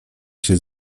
się